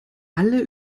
alle